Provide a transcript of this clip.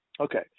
Okay